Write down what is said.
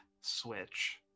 switch